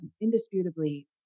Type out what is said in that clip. indisputably